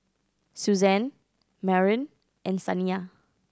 Suzan Maren and Saniya